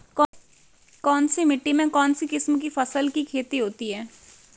कौनसी मिट्टी में कौनसी किस्म की फसल की खेती होती है?